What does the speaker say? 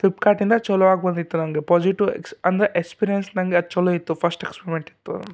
ಫ್ಲಿಪ್ಕಾರ್ಟಿಂದ ಚೊಲೋ ಆಗಿ ಬಂದಿತ್ತು ನನಗೆ ಪೊಸಿಟಿವ್ ಎಕ್ಸ್ ಅಂದರೆ ಎಸ್ಪಿರಿಯೆನ್ಸ್ ನಂಗೆ ಅದು ಚೊಲೋ ಇತ್ತು ಫಸ್ಟ್ ಎಕ್ಸ್ಪೆರಿಮೆಂಟ್ ಇತ್ತು